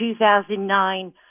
2009